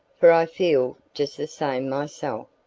for i feel just the same myself.